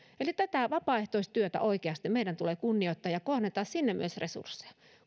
eli tätä vapaaehtoistyötä oikeasti meidän tulee kunnioittaa ja kohdentaa sinne myös resursseja